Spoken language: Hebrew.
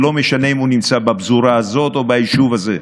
ולא משנה אם הוא נמצא בפזורה הזאת או ביישוב הזה,